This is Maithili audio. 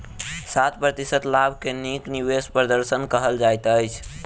सात प्रतिशत लाभ के नीक निवेश प्रदर्शन कहल जाइत अछि